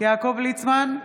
יעקב ליצמן,